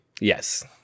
Yes